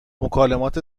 مکالمات